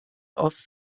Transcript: oft